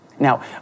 Now